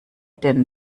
den